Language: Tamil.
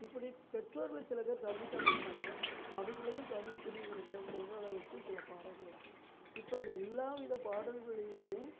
இப்படி பெற்றோர்களை சில பேர் கவனிக்காமல் இருப்பாங்க அவங்களையும் கவனிக்கணுங்கிறது சொல்கிறளவுக்கு சில பாடல்கள் இருக்கும் இப்போ எல்லா வித பாடல்களேயுமே